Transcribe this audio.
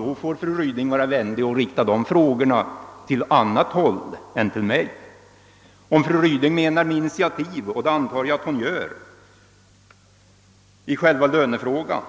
Om fru Ryding avser initiativ i själva lönefrågan — och det antar jag att hon gör — för att komma till rätta